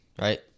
right